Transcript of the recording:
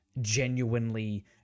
genuinely